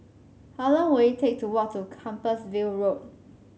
how long will it take to walk to Compassvale Road